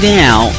now